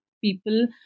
people